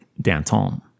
Danton